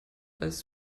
als